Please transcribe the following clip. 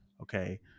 okay